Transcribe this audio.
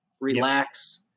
Relax